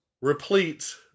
replete